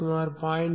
சுமார் 0